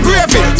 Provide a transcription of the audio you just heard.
gravy